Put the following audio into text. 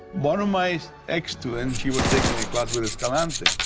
one of my ex-students, she was taking a class with escalante.